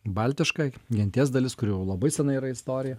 baltiška genties dalis kuri jau labai senai yra istorija